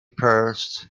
purse